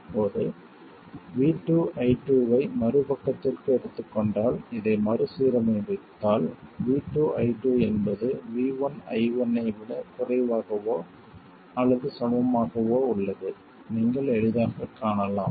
இப்போது v2 i2 ஐ மறுபக்கத்திற்கு எடுத்துக்கொண்டு இதை மறுசீரமைத்தால் v2 i2 என்பது v1 i1 ஐ விட குறைவாகவோ அல்லது சமமாகவோ உள்ளது நீங்கள் எளிதாகக் காணலாம்